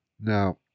now